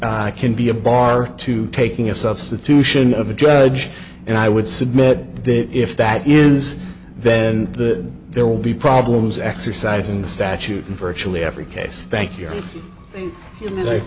i can be a bar to taking a substitution of a judge and i would submit that if that is then the there will be problems exercise in the statute in virtually every case thank you like